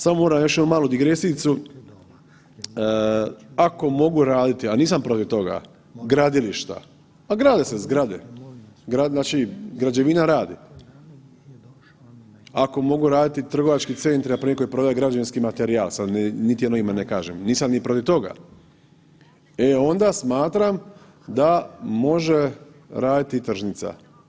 Samo moram još jednu malu digresijicu, ako mogu raditi, a nisam protiv toga, gradilišta, pa zgrade se zgrade, znači građevina radi, ako mogu raditi trgovački centri npr. koji prodaju građevinski materijal, sad niti jedno ime ne kažem, nisam ni protiv toga, e onda smatram da može raditi i tržnica.